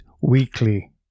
weekly